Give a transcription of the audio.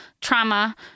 trauma